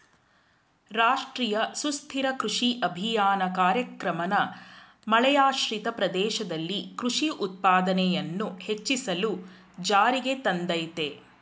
ರಾಷ್ಟ್ರೀಯ ಸುಸ್ಥಿರ ಕೃಷಿ ಅಭಿಯಾನ ಕಾರ್ಯಕ್ರಮನ ಮಳೆಯಾಶ್ರಿತ ಪ್ರದೇಶದಲ್ಲಿ ಕೃಷಿ ಉತ್ಪಾದನೆಯನ್ನು ಹೆಚ್ಚಿಸಲು ಜಾರಿಗೆ ತಂದಯ್ತೆ